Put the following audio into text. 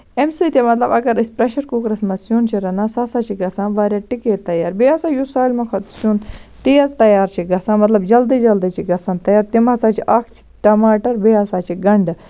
اَمہِ سۭتۍ مطلب اَگر أسۍ پریشَر کُکرَس منٛز سیُن چھِ رَنان سُہ ہسا چھُ ژھان واریاہ ٹِکے تَیار بیٚیہِ ہسا یُس سالمو کھۄتہٕ سیُن تیز تَیار چھُ گژھان مطلب جلدی جلدی چھُ تَیار گژھان تِم ہسا چھِ اکھ ٹَماٹر بیٚیہِ ہسا چھِ گَنڈٕ